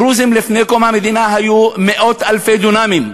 לדרוזים לפני קום המדינה היו מאות-אלפי דונמים,